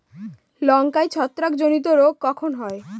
লঙ্কায় ছত্রাক জনিত রোগ কখন হয়?